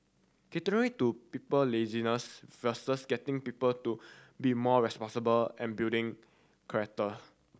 catering to people laziness versus getting people to be more responsible and building character